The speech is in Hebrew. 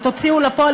אם תוציאו לפועל,